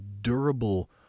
durable